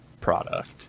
product